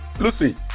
Lucy